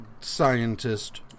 scientist